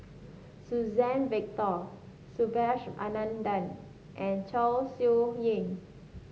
Suzann Victor Subhas Anandan and Chong Siew Ying